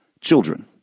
children